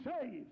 saved